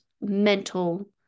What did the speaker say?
mental